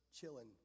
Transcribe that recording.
chilling